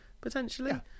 potentially